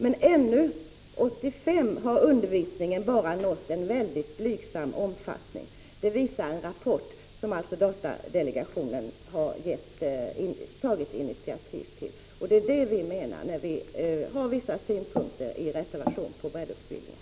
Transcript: Enligt en rapport som datadelegationen har tagit initiativet till har undervisningen ännu, år 1985, bara nått en väldigt blygsam omfattning. Det är därför vi i en reservation har synpunkter på breddutbildningen.